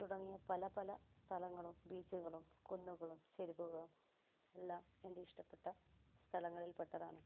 തുടങ്ങിയ പല പല സ്ഥലങ്ങളും ബീച്ചുകളും കുന്നുകളും ചെരിവുകളും എല്ലാം എൻ്റെ ഇഷ്ടപ്പെട്ട സ്ഥലങ്ങളിൽ പെട്ടതാണ്